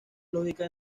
lógica